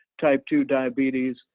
type two diabetes,